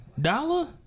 Dollar